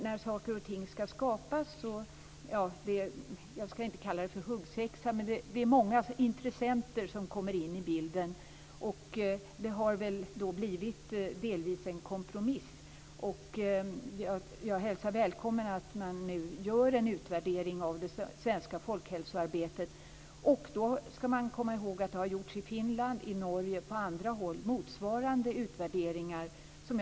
När saker och ting skall skapas är det många intressenter som kommer in i bilden. Det har väl delvis blivit en kompromiss. Jag hälsar välkommen att man nu gör en utvärdering av det svenska folkhälsoarbetet. Då skall man komma ihåg att motsvarande utvärderingar har gjorts i Finland, Norge och på andra håll.